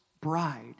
bride